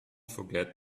forget